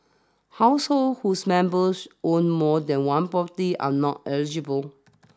households whose members own more than one property are not eligible